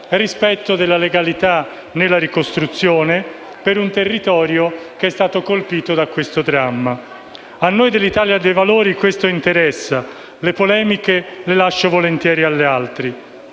rispetto della legalità nella ricostruzione, per un territorio che è stato colpito da questo dramma. A noi di Italia dei Valori interessa questo; le polemiche le lascio volentieri agli altri.